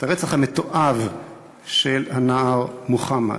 המתועב של הנער מוחמד.